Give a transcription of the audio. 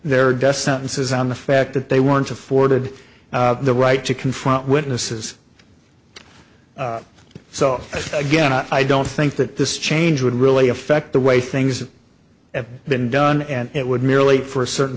their death sentences on the fact that they weren't afforded the right to confront witnesses so again i don't think that this change would really affect the way things have been done and it would merely for a certain